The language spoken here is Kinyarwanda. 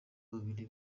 babiri